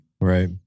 Right